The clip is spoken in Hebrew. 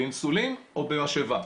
באינסולין או במשאבה.